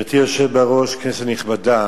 גברתי היושבת בראש, כנסת נכבדה,